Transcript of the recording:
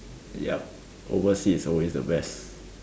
yup overseas is always the best